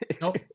Nope